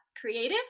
creative